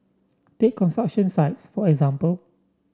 take sites for example